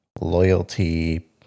loyalty